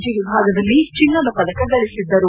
G ವಿಭಾಗದಲ್ಲಿ ಚಿನ್ನದ ಪದಕ ಗಳಿಸಿದ್ದರು